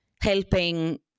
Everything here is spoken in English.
helping